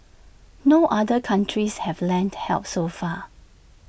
no other countries have lent help so far